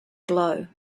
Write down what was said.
glow